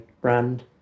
brand